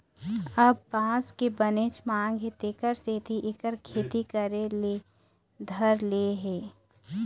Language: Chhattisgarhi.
अब बांस के बनेच मांग हे तेखर सेती एखर खेती करे ल धर ले हे